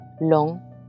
long